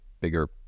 bigger